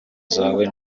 zawe